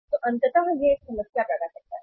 तो अंततः यह एक समस्या पैदा करता है